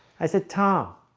i said tom